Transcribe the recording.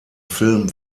film